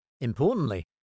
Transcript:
Importantly